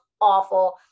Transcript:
awful